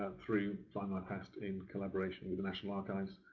through findmypast in collaboration with the national archives.